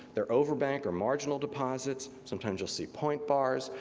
their overbank or marginal deposits, sometimes you'll see point bars,